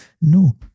No